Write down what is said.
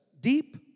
Deep